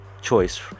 choice